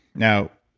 now,